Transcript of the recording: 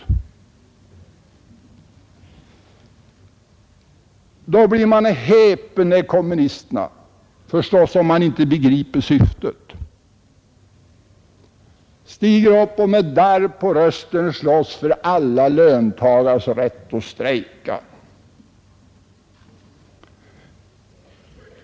Då blir man verkligen häpen — om man inte begriper syftet — när kommunisterna stiger upp här och med darr på rösten slåss för alla löntagares rätt att strejka.